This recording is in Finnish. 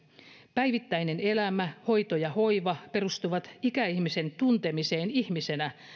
päivittäinen elämä hoito ja hoiva perustuvat ikäihmisen tuntemiseen ihmisenä